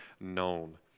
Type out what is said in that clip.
known